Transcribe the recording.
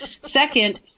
Second